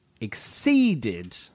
exceeded